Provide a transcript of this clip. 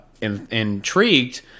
intrigued